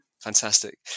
Fantastic